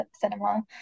cinema